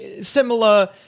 similar